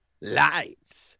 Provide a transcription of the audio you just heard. Lights